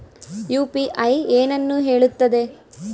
UPI ಏನನ್ನು ಹೇಳುತ್ತದೆ?